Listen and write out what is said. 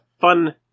Fun